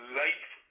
life